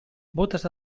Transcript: bótes